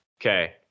Okay